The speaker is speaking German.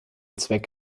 zweck